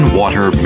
water